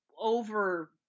over